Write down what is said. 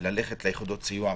ללכת ליחידות סיוע,